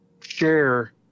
share